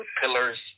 pillars